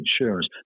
insurance